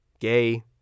gay